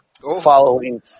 following